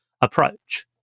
approach